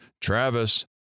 Travis